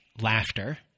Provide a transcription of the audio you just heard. laughter